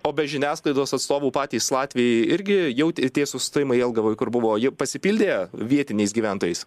o be žiniasklaidos atstovų patys latviai irgi jau t tie sustojimai jelgavoj kur buvo jie pasipildė vietiniais gyventojais